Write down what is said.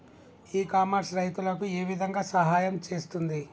ఇ commerce రైతులకు ఏ విధంగా సహాయం చేస్తుంది?